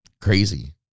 crazy